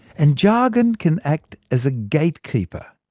and jargon can act as a gatekeeper,